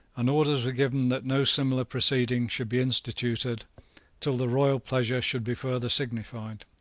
and orders were given that no similar proceeding should be instituted till the royal pleasure should be further signified.